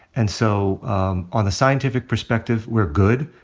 and so on the scientific perspective, we're good.